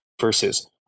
versus